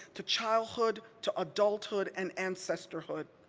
to childhood, to adulthood, and ancesterhood.